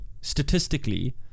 statistically